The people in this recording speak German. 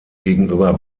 gegenüber